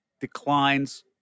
declines